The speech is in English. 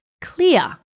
clear